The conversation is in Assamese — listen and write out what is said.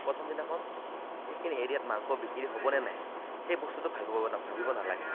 প্ৰথম দিনাখন সেইখিনি এৰিয়াত মাংস বিক্ৰী হ'বনে নাই সেই বস্তুটো ভাবিব ভাবিব নালাগে